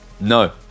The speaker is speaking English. No